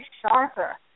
sharper